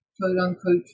quote-unquote